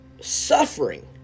Suffering